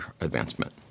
advancement